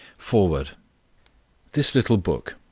foreword this little book,